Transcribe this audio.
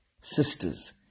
sisters